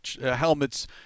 helmets